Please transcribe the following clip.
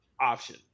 option